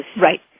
Right